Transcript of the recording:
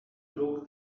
broke